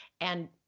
And-